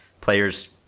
players